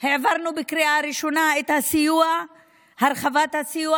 העברנו בקריאה ראשונה את הרחבת הסיוע